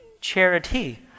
charity